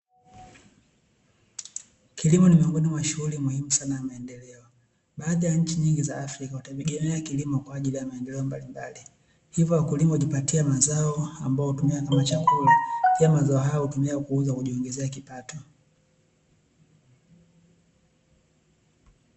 Kilimo ni miongoni mwa shughuli muhimu sana ya maendeleo. Baadhi ya nchi nyingi za Afrika wanategemea kilimo kwa ajili ya maendeleo mbalimbali. Hivyo wakulima hujipatia mazao ambayo huyatumia kama chakula pia mazao hayo huyatumia kuuza kujiongezea kipato.